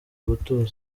gutuza